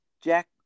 Jack